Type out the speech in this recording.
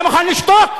אתה מוכן לשתוק?